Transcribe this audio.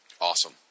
awesome